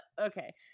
okay